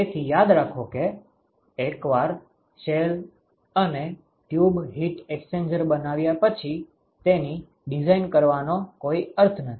તેથી યાદ રાખો કે એકવાર શેલ અને ટ્યુબ હીટ એક્સ્ચેન્જર બનાવ્યા પછી તેની ડિઝાઇન કરવાનો કોઈ અર્થ નથી